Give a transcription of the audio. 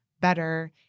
better